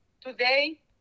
today